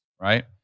right